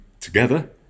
together